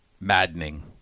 maddening